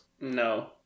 No